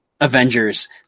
Avengers